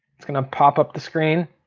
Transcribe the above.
it's gonna pop up the screen.